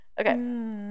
Okay